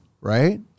Right